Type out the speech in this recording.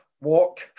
walk